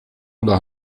oder